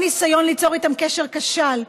כל ניסיון ליצור איתם קשר כשל.